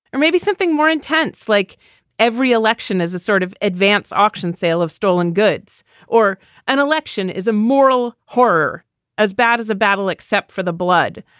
or maybe something more intense, like every election is a sort of advance auction sale of stolen goods or an election is a moral horror as bad as a battle, except for the blood,